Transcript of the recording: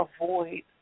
avoid